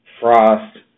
Frost